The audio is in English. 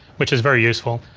which is very useful.